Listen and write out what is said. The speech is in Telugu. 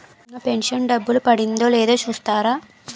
నా పెను షన్ డబ్బులు పడిందో లేదో చూస్తారా?